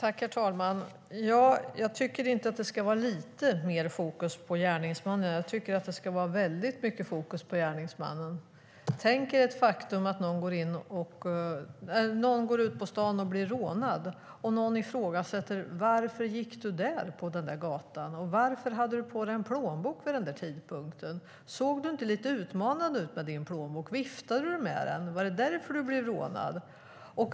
Herr talman! Jag tycker inte att det ska vara lite mer fokus på gärningsmannen. Jag tycker att det ska vara väldigt mycket fokus på gärningsmannen. Tänk er att någon går ut på stan och blir rånad och att någon ifrågasätter det. Varför gick du på den gatan? Varför hade du med dig en plånbok vid den tidpunkten? Såg du inte lite utmanande ut med din plånbok? Viftade du med den? Var det därför du blev rånad?